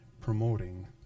promoting